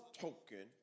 token